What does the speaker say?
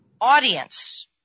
audience